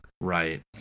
Right